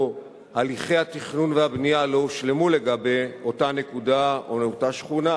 או הליכי התכנון והבנייה לא הושלמו לגבי אותה נקודה או אותה שכונה,